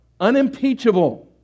unimpeachable